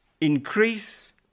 Increase